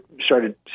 started